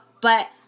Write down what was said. But-